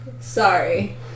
Sorry